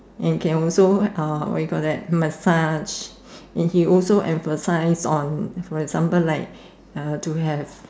and can also uh what you call that massage and he also emphasise on for example like uh to have